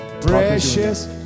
precious